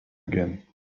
again